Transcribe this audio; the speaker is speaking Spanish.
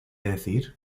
decir